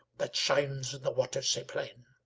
that shines in the water sae plain.